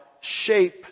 shape